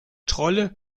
trolle